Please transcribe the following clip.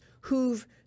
who've